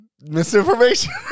Misinformation